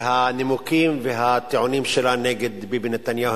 והנימוקים והטיעונים שלה נגד ביבי נתניהו